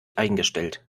eingestellt